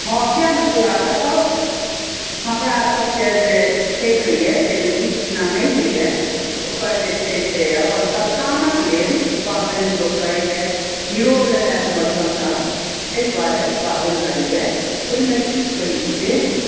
हँ किए ने सुना सकब हमरा सबके जे छठि होइए ताहिमे गीत बिना नहि होइए ओकर जे छै से अपन सन्तानक लेल ई पावनि लोक करैए नीरोग रहै हमर सन्तान ताहि दुआरे ई पावनि करैए ओहिमे गीत कहै छियै